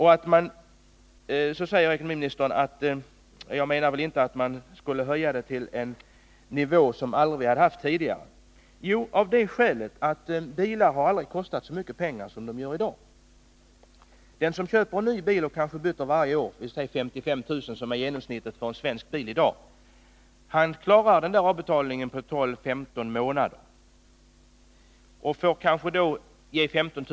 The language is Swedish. Då säger ekonomiministern att jag väl inte menar att man skall höja till en nivå som vi aldrig har haft tidigare. Jo, av det skälet att bilar aldrig har kostat så mycket pengar som de gör i dag. Den som byter bil varje år och köper en ny bil för låt oss säga 55 000 kr., vilket är genomsnittspriset för en svensk bil i dag, klarar avbetalningen på 12-15 månader. Han får kanske ge 15 000 kr.